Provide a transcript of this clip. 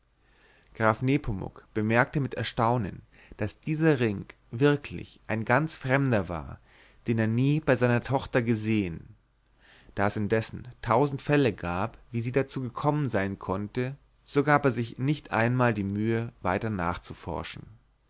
graf nepomuk bemerkte mit erstaunen daß dieser ring wirklich ein ganz fremder war den er nie bei seiner tochter gesehen da es indessen tausend fälle gab wie sie dazu gekommen sein konnte so gab er sich nicht einmal die mühe weiter nachzuforschen